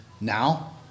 now